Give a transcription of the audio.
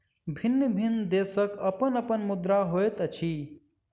भिन्न भिन्न देशक अपन अपन मुद्रा होइत अछि